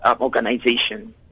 organization